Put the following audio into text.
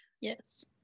Yes